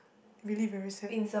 really very sad